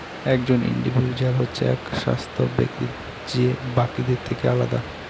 একজন ইন্ডিভিজুয়াল হচ্ছে এক স্বতন্ত্র ব্যক্তি যে বাকিদের থেকে আলাদা